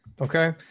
okay